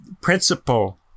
principle